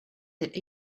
that